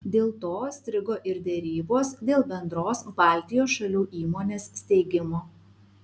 dėl to strigo ir derybos dėl bendros baltijos šalių įmonės steigimo